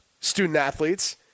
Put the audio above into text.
student-athletes